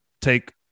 take